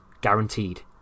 guaranteed